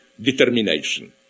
determination